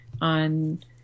on